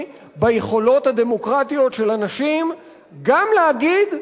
ביכולות הדמוקרטיות של אנשים גם להגיד: